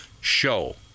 show